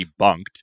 debunked